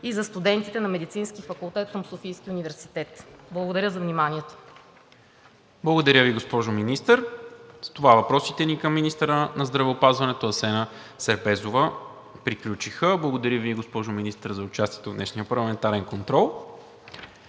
и за студентите на Медицинския факултет към Софийския университет. Благодаря за вниманието. ПРЕДСЕДАТЕЛ НИКОЛА МИНЧЕВ: Благодаря Ви, госпожо Министър. С това въпросите ни към министъра на здравеопазването Асена Сербезова приключиха. Благодаря Ви, госпожо Министър, за участието в днешния парламентарен контрол.